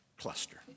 cluster